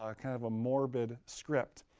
um kind of a morbid script,